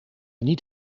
niet